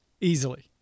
easily